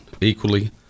equally